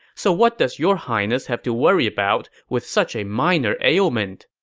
so what does your highness have to worry about with such a minor ailment?